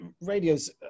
radio's